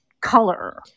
color